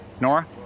Nora